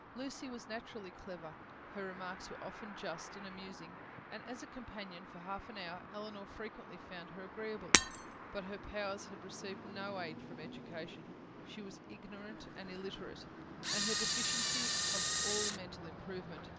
lucy was naturally clever her remarks were often just and amusing and as a companion for half an hour elinor frequently found her agreeable but her powers had received no aid from education she was ignorant and illiterate and her deficiency of all mental improvement,